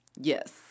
Yes